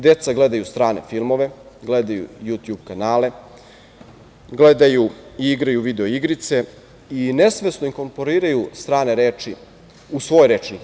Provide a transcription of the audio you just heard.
Takođe, deca gledaju strane filmove, gledaju Jutjub kanale, gledaju i igraju video igrice i nesvesno inkorporiraju strane reči u svoj rečnik.